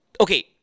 Okay